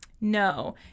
No